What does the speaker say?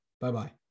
Bye-bye